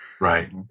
right